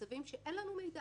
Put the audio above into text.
במצבים שאין לנו מידע